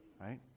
right